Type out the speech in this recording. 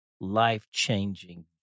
life-changing